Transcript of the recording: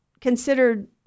considered